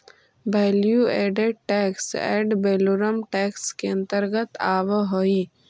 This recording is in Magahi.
value added tax ad valorem tax के अंतर्गत आवऽ हई